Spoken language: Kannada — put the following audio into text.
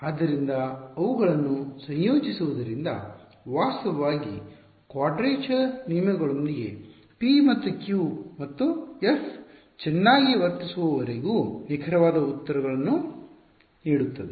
ಆದ್ದರಿಂದ ಅವುಗಳನ್ನು ಸಂಯೋಜಿಸುವುದರಿಂದ ವಾಸ್ತವವಾಗಿ ಕ್ವಾಡ್ರೇಚರ್ ನಿಯಮಗಳೊಂದಿಗೆ p ಮತ್ತು q ಮತ್ತು f ಚೆನ್ನಾಗಿ ವರ್ತಿಸುವವರೆಗೂ ನಿಖರವಾದ ಉತ್ತರಗಳನ್ನು ನೀಡುತ್ತದೆ